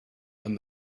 and